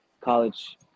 college